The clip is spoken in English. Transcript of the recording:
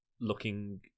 looking